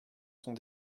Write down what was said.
sont